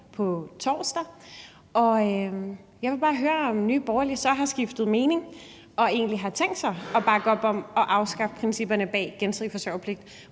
på torsdag. Jeg vil bare høre, om Nye Borgerlige har skiftet mening og egentlig har tænkt sig at bakke op om at afskaffe principperne bag gensidig forsørgerpligt,